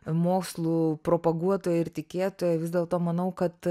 mokslų propaguotoja ir tikėtoja vis dėlto manau kad